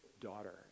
daughter